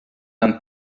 and